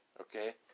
Okay